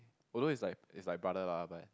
although is like is like brother lah but